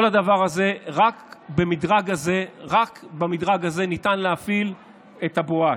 כל הדבר הזה, רק במדרג הזה ניתן להפעיל את הבואש.